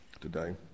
today